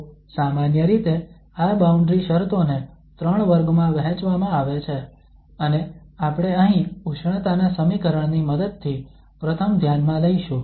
તો સામાન્ય રીતે આ બાઉન્ડ્રી શરતો ને ત્રણ વર્ગમાં વહેંચવામાં આવે છે અને આપણે અહીં ઉષ્ણતાના સમીકરણ ની મદદથી પ્રથમ ધ્યાનમાં લઈશું